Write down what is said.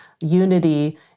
unity